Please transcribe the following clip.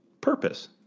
purpose